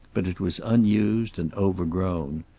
but it was unused and overgrown.